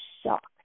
shocked